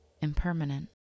impermanent